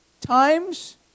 times